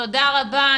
תודה רבה,